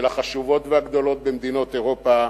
של החשובות והגדולות במדינות אירופה,